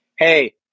hey